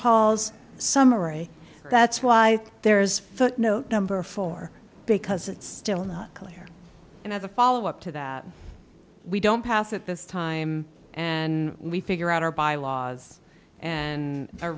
hall's summary that's why there is footnote number four because it's still not clear and as a follow up to that we don't pass it this time and we figure out our bylaws and